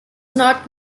not